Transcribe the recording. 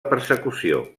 persecució